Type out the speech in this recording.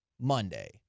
Monday